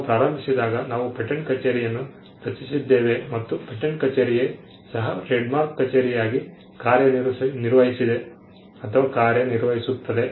ನಾವು ಪ್ರಾರಂಭಿಸಿದಾಗ ನಾವು ಪೇಟೆಂಟ್ ಕಚೇರಿಯನ್ನು ರಚಿಸಿದ್ದೇವೆ ಮತ್ತು ಪೇಟೆಂಟ್ ಕಚೇರಿ ಸಹ ಟ್ರೇಡ್ಮಾರ್ಕ್ ಕಚೇರಿಯಾಗಿ ಕಾರ್ಯನಿರ್ವಹಿಸಿದೆ ಅಥವಾ ಕಾರ್ಯನಿರ್ವಹಿಸುತ್ತದೆ